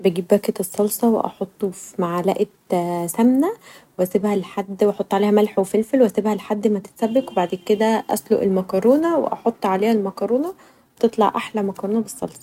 بجيب باكت الصلصه و احطه في معلقه سمنه و أسيبها لحد و احط عليه ملح و فلفل و أسيبها لحد ما تتسبك بعد كدا اسلق المكرونه و احط عليها المكرونه تطلع احلي مكرونه بالصلصه.